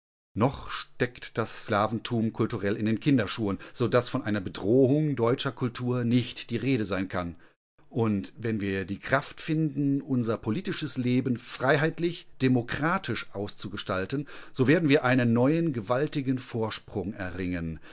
noch steckt das slaventum kulturell in den kinderschuhen so daß von einer bedrohung deutscher kultur nicht die rede sein kann und wenn wir die kraft finden unser politisches leben freiheitlich demokratisch auszugestalten so werden wir einen neuen gewaltigen vorsprung erringen